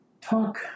Talk